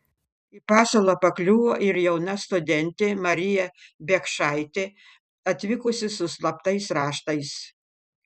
į pasalą pakliuvo ir jauna studentė marija biekšaitė atvykusi su slaptais raštais